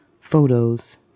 photos